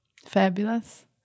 fabulous